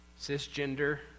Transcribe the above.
cisgender